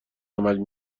عمل